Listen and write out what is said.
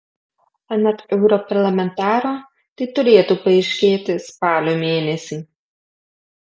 anot europarlamentaro tai turėtų paaiškėti spalio mėnesį